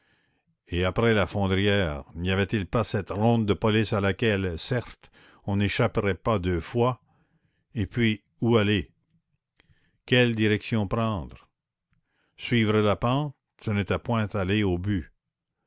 et après la fondrière n'y avait-il pas cette ronde de police à laquelle certes on n'échapperait pas deux fois et puis où aller quelle direction prendre suivre la pente ce n'était point aller au but